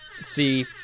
See